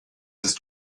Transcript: ist